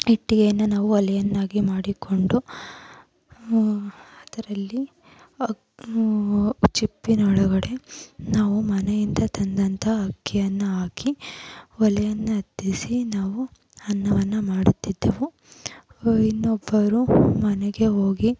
ಇಟ್ಟಿಗೆಯನ್ನು ನಾವು ಒಲೆಯನ್ನಾಗಿ ಮಾಡಿಕೊಂಡು ಅದರಲ್ಲಿ ಚಿಪ್ಪಿನೊಳಗಡೆ ನಾವು ಮನೆಯಿಂದ ತಂದಂಥ ಅಕ್ಕಿಯನ್ನು ಹಾಕಿ ಒಲೆಯನ್ನು ಹೊತ್ತಿಸಿ ನಾವು ಅನ್ನವನ್ನು ಮಾಡುತ್ತಿದ್ದೆವು ಇನ್ನೊಬ್ಬರು ಮನೆಗೆ ಹೋಗಿ